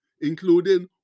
including